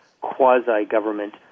quasi-government